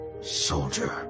soldier